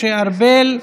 משה ארבל,